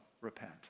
repent